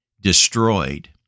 destroyed